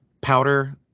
powder